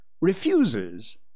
refuses